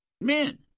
men